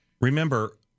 Remember